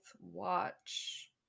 watch